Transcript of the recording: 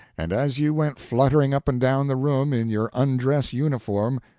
and as you went fluttering up and down the room in your undress uniform,